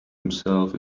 himself